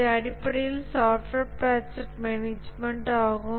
இது அடிப்படையில் software project management ஆகும்